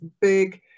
big